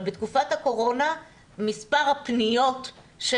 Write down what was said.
אבל בתקופת הקורונה מספר הפניות של